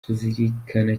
tuzirikana